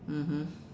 mmhmm